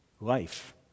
Life